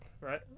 right